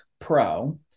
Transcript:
Pro